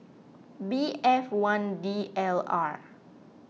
B F one D L R